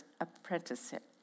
apprenticeship